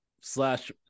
slash